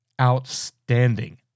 outstanding